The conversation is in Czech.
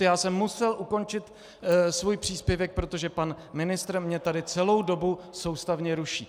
Já jsem musel ukončit svůj příspěvek, protože pan ministr mě tady celou dobu soustavně ruší.